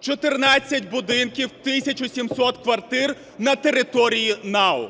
14 будинків, 1 тисяча 700 квартир на території НАУ!